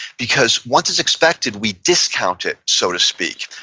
because once it's expected, we discount it, so to speak.